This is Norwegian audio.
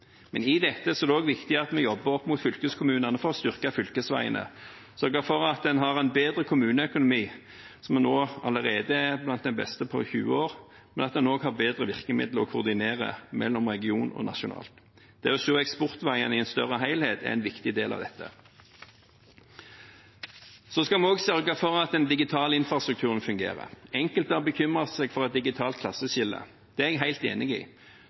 Men i dette er det også viktig at vi jobber opp mot fylkeskommunene for å styrke fylkesveiene, sørger for at en har en bedre kommuneøkonomi, som nå allerede er blant de beste på 20 år, men at en også har bedre virkemidler for å koordinere mellom regionalt og nasjonalt. Det å se eksportveiene i en større helhet er en viktig del av dette. Vi skal sørge for at den digitale infrastrukturen fungerer. Enkelte har bekymret seg for et digitalt klasseskille. Det er jeg helt enig i.